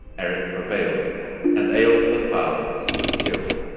erik prevailed and eyjolf the foul was killed.